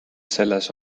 selles